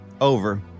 Over